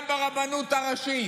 גם ברבנות הראשית,